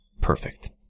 Perfect